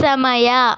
ಸಮಯ